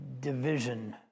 division